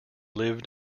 lived